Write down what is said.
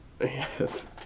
yes